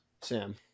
Sam